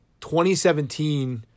2017